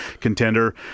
contender